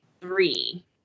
three